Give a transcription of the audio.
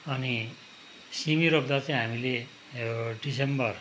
अनि सिमी रोप्दा चाहिँ हामीले यो दिसम्बर